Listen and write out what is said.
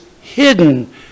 hidden